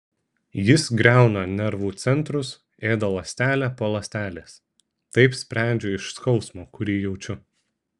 jis griauna nervų centrus ėda ląstelę po ląstelės taip sprendžiu iš skausmo kurį jaučiu